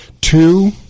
Two